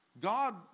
God